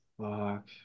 fuck